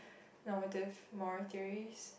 normative moral theories